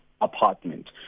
apartment